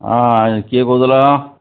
ହଁ କିଏ କହୁଥିଲ